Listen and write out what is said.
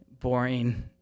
boring